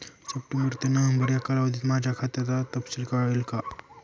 September ते November या कालावधीतील माझ्या खात्याचा तपशील कळेल का?